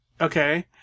Okay